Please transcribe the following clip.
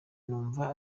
ndumva